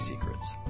Secrets